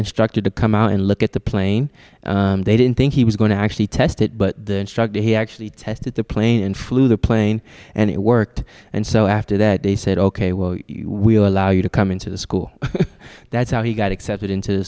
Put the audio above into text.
instructor to come out and look at the plane they didn't think he was going to actually test it but the instructor he actually tested the plane and flew the plane and it worked and so after that they said ok we're we're allow you to come into the school that's how he got accepted into the